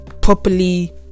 properly